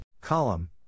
Column